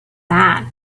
that